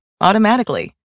automatically